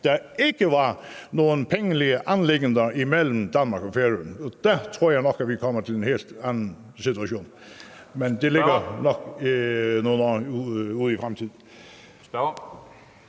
der ikke var nogen pengemæssige anliggender imellem Danmark og Færøerne? Og der tror jeg nok, at vi kommer til en hel anden situation. Men det ligger nok nogle år ude i fremtiden.